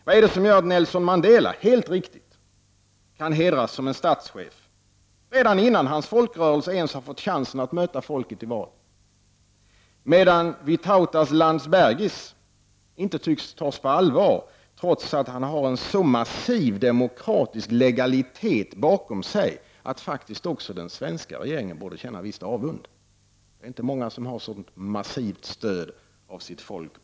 Vad är det som gör att Nelson Mandela helt riktigt kan hedras som en statschef redan innan hans folkrörelse har fått chansen att möta folket i val, medan Vytautas Landsbergis inte tycks tas på allvar, trots att han har en så mas siv demokratisk legalitet bakom sig att faktiskt också den svenska regeringen borde känna en viss avund. Det är inte många som har ett så massivt stöd av folket.